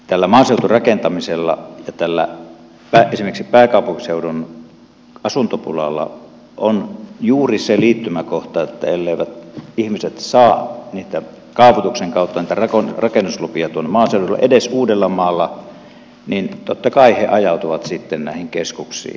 tällä maaseuturakentamisella ja tällä esimerkiksi pääkaupunkiseudun asuntopulalla on juuri se liittymäkohta että elleivät ihmiset saa kaavoituksen kautta niitä rakennuslupia maaseudulle edes uudellamaalla niin totta kai he ajautuvat sitten näihin keskuksiin